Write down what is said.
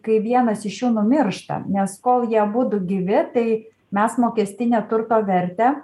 kai vienas iš jų numiršta nes kol jie abudu gyvi tai mes mokestinę turto vertę